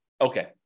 Okay